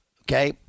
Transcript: okay